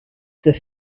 were